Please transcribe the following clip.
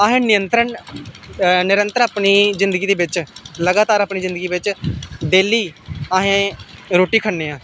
अस नियंत्रण निरंतर अपनी जिंदगी दे बिच्च लगातार अपनी जिंदगी बिच्च डेली अस रुट्टी खन्ने आं